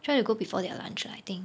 try to go before their lunch ah I think